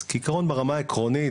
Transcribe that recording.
אז כעקרון ברמה העקרונית,